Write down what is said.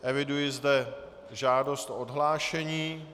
Eviduji zde žádost o odhlášení.